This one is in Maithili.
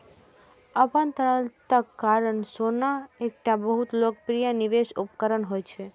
अपन तरलताक कारण सोना एकटा बहुत लोकप्रिय निवेश उपकरण होइ छै